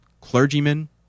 clergymen